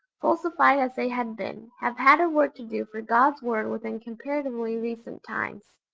falsified as they had been, have had a work to do for god's word within comparatively recent times.